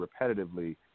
repetitively